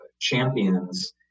champions